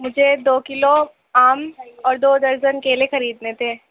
مجھے دو کلو آم اور دو درجن کیلے خریدنے تھے